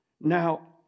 Now